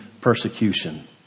persecution